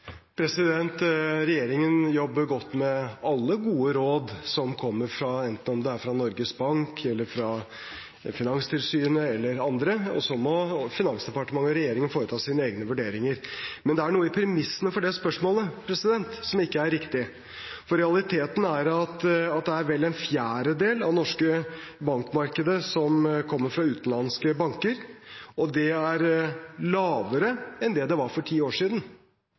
Finanstilsynet eller andre. Så må Finansdepartementet og regjeringen foreta sine egne vurderinger. Men det er noe i premissene i spørsmålet som ikke er riktig, for realiteten er at vel en fjerdedel av det norske bankmarkedet kommer fra utenlandske banker, og det er lavere enn det var for ti år siden.